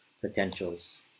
potentials